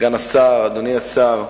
סגן השר, אדוני השר,